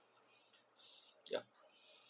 ya